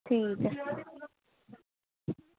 ठीक ऐ